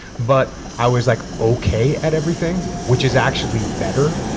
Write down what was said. but i was like okay at everything, which is actually better.